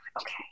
Okay